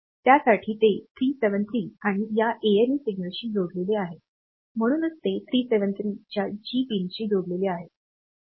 त्यासाठी ते 373 आणि या ALEसिग्नलशी जोडलेले आहे म्हणून ते 373 च्या G पिनशी जोडलेले आहे